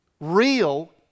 real